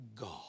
God